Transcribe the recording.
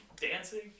dancing